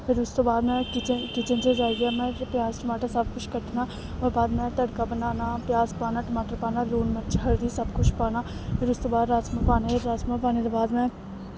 फिर उस तू बाद में किचन च जाइयै में प्याज़ टमाटर सब कुछ कट्टना होर बाद में तड़का बनाना प्याज़ पाना टमाटर पाना लून मर्ची हल्दी सब कुछ पाना फिर उस तू बाद राजमांह् पाने राजमांह् पाने दे बाद में